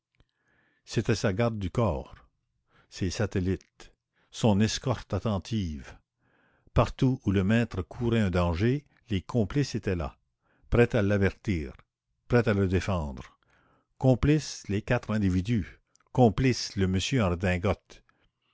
c'était sa garde du corps ses satellites son escorte attentive partout où le maître courait un danger les complices étaient là prêts à l'avertir prêts à le défendre complices les quatre individus complice le monsieur